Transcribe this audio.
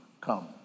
come